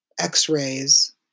x-rays